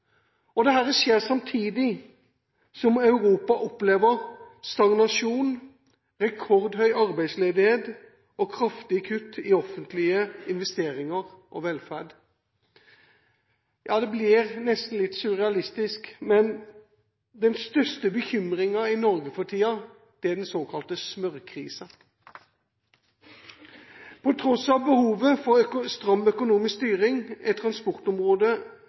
skjer samtidig som Europa opplever stagnasjon, rekordhøy arbeidsledighet og kraftige kutt i offentlige investeringer og velferd. Det blir nesten litt surrealistisk, men den største bekymringen i Norge for tiden er den såkalte smørkrisen. På tross av behovet for stram økonomisk styring, er transportområdet